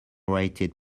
waited